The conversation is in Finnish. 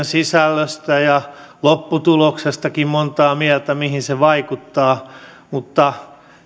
sisällöstä ja lopputuloksestakin monta mieltä mihin se vaikuttaa mutta